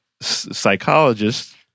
Psychologist